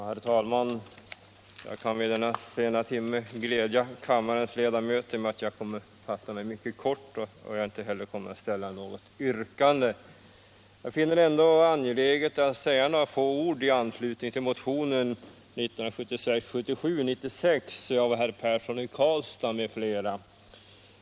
Herr talman! Jag kan vid denna sena timme glädja kammarens ledamöter med att jag kommer att fatta mig mycket kort och att jag inte heller kommer att ställa något yrkande. Trots detta finner jag det angeläget att säga några få ord i anslutning till motionen 1976/77:96 av herr Persson i Karlstad m.fl.